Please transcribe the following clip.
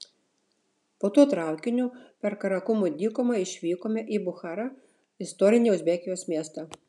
po to traukiniu per karakumų dykumą išvykome į bucharą istorinį uzbekijos miestą